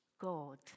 God